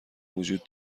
وجود